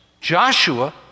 Joshua